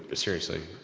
but seriously,